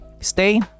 stay